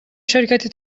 شرکتی